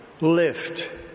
lift